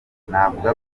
navuga